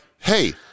hey